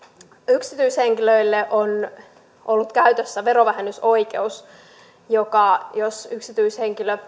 yksityishenkilöille on ollut käytössä verovähennysoikeus jos yksityishenkilö